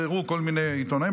ערערו כל מיני עיתונאים,